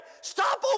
stop